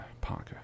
Parker